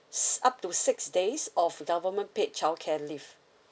s~ up to six days of government paid childcare leave